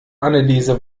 anneliese